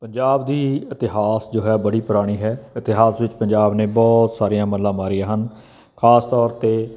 ਪੰਜਾਬ ਦੀ ਇਤਿਹਾਸ ਜੋ ਹੈ ਬੜੀ ਪੁਰਾਣੀ ਹੈ ਇਤਿਹਾਸ ਵਿੱਚ ਪੰਜਾਬ ਨੇ ਬਹੁਤ ਸਾਰੀਆਂ ਮੱਲਾਂ ਮਾਰੀਆਂ ਹਨ ਖਾਸ ਤੌਰ 'ਤੇ